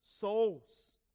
souls